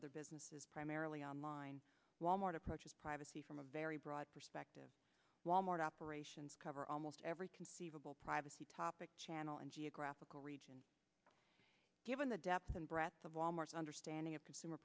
other businesses primarily online wal mart approaches privacy from a very broad perspective wal mart operations cover almost every conceivable privacy topic channel and geographical region given the depth and breadth of wal mart's understanding of consumer